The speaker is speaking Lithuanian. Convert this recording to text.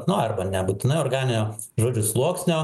nu arba nebūtina organinio žodžiu sluoksnio